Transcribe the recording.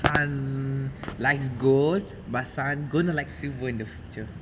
sun likes gold but sun going to like silver in the future